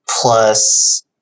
plus